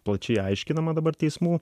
plačiai aiškinama dabar teismų